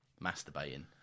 Masturbating